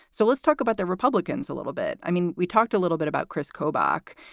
so let's talk about the republicans a little bit. i mean, we talked a little bit about kris kobach.